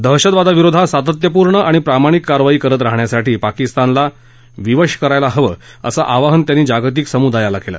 दहशतवादाविरोधात सातत्यपूर्ण आणि प्रामाणिक कारवाई करत राहण्यासाठी पाकिस्तानला विवश करायला हवं असं आवाहन त्यांनी जागतिक समुदायाला केलं